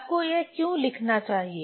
आपको यह क्यों लिखना चाहिए